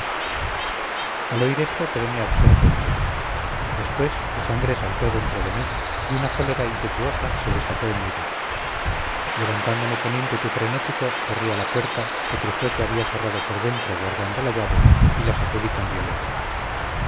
al oír esto quedeme absorto y mudo después la sangre saltó dentro de mí y una cólera impetuosa se desató en mi pecho levantándome con ímpetu frenético corrí a la puerta que trijueque había cerrado por dentro guardando la llave y la sacudí con violencia